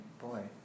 boy